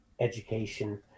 education